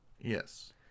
Yes